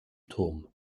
turm